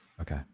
Okay